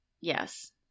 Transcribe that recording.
yes